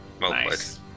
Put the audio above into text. Nice